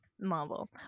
Marvel